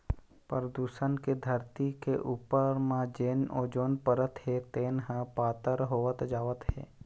परदूसन के धरती के उपर म जेन ओजोन परत हे तेन ह पातर होवत जावत हे